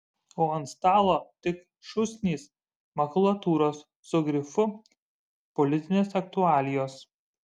o ant stalo tik šūsnys makulatūros su grifu politinės aktualijos